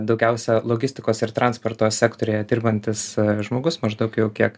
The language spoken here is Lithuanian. daugiausia logistikos ir transporto sektoriuje dirbantis žmogus maždaug jau kiek